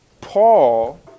Paul